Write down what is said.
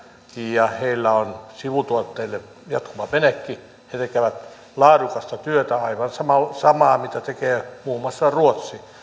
ja heillä on sivutuotteille jatkuva menekki he tekevät laadukasta työtä aivan samaa kuin mitä tekee muun muassa ruotsi